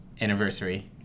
anniversary